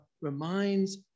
reminds